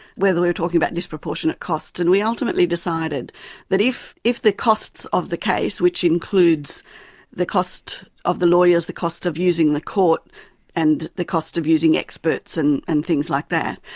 whether we were talking about disproportionate costs, and we ultimately decided that if if the costs of the case, which includes the cost of the lawyers, the cost of using the court and the cost of using experts and and things like that,